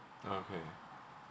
okay